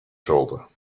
shoulder